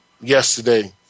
yesterday